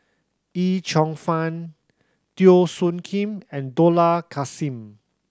Yip Cheong Fun Teo Soon Kim and Dollah Kassim